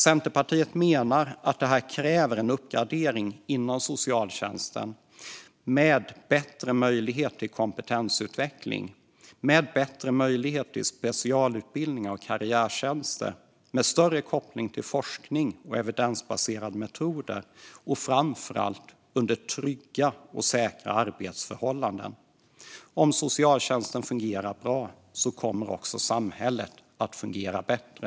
Centerpartiet menar att detta kräver en uppgradering inom socialtjänsten med bättre möjligheter till kompetensutveckling, bättre möjligheter till specialutbildningar och karriärtjänster och större koppling till forskning och evidensbaserade metoder. Framför allt måste det ske under trygga och säkra arbetsförhållanden. Om socialtjänsten fungerar bra kommer också samhället att fungera bättre.